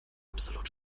absolut